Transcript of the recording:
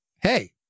hey